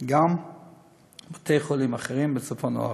גם לבתי-חולים אחרים בצפון הארץ,